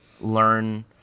learn